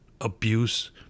abuse